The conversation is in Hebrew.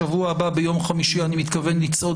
בשבוע הבא ביום חמישי אני מתכוון לצעוד